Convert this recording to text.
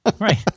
right